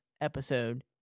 episode